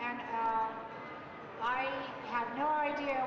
and i have no idea